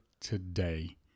today